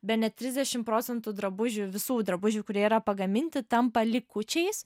bene trisdešim procentų drabužių visų drabužių kurie yra pagaminti tampa likučiais